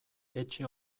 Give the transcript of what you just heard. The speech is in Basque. etxe